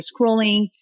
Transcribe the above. scrolling